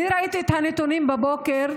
ראיתי את הנתונים הבוקר,